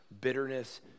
bitterness